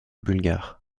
bulgares